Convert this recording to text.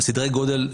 על סדרי גודל,